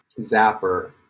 Zapper